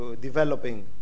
developing